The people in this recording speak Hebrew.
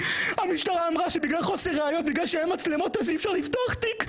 המשטרה אמרה שבגלל חוסר ראיות אי אפשר לפתוח תיק.